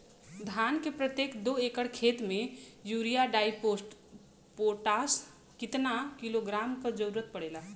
धान के प्रत्येक दो एकड़ खेत मे यूरिया डाईपोटाष कितना किलोग्राम क जरूरत पड़ेला?